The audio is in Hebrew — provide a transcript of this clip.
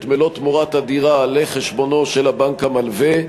מלוא תמורת הדירה לחשבונו של הבנק המלווה,